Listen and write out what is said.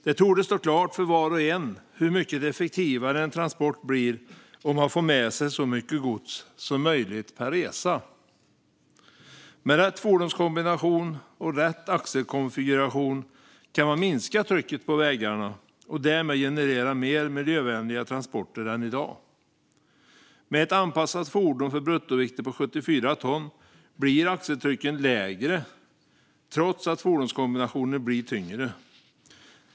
Det torde stå klart för var och en hur mycket effektivare en transport blir om man får med sig så mycket gods som möjligt per resa. Med rätt fordonskombination och rätt axelkonfiguration kan man minska trycket på vägarna och därmed generera mer miljövänliga transporter än i dag. Med ett anpassat fordon för bruttovikter på 74 ton blir axeltrycken lägre trots att fordonskombinationen blir tyngre.